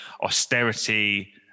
Austerity